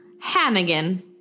Hannigan